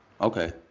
Okay